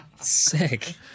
Sick